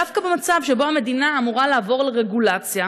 דווקא במצב שבו המדינה אמורה לעבור לרגולציה,